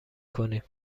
کنیم